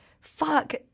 fuck